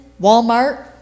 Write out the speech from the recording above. Walmart